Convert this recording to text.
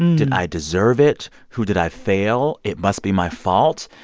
and and i deserve it? who did i fail? it must be my fault.